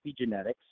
epigenetics